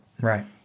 Right